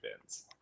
bins